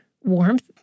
warmth